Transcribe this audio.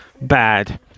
bad